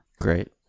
Great